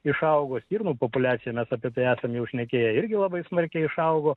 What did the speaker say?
išaugo stirnų populiacija mes apie tai esame šnekėję irgi labai smarkiai išaugo